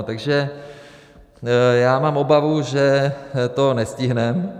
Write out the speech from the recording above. Takže já mám obavu, že to nestihneme.